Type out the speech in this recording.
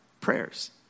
prayers